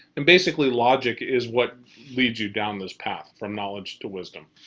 and basically logic is what leads you down this path from knowledge to wisdom.